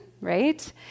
right